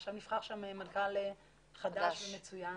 עכשיו נבחר שם מנכ"ל חדש ומצוין,